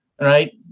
right